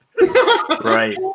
Right